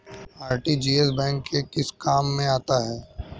RTGS bank के किस काम में आता है?